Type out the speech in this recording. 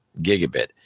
gigabit